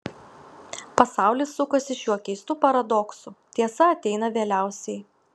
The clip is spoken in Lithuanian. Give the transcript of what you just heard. pasaulis sukasi šiuo keistu paradoksu tiesa ateina vėliausiai